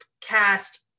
cast